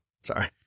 sorry